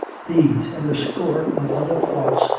these, and a score of other thoughts,